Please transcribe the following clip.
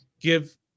give